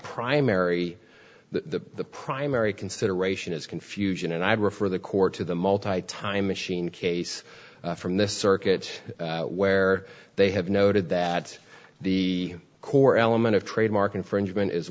primary the primary consideration is confusion and i refer the court to the mall tight time machine case from this circuit where they have noted that the core element of trademark infringement is